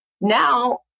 now